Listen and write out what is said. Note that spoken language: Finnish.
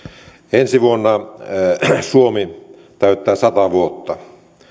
ensi vuonna suomi täyttää sata vuotta